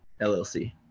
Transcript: LLC